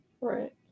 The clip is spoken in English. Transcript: Right